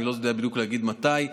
אני לא יודע בדיוק להגיד מתי.